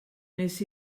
wnes